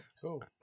cool